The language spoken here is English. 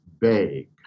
vague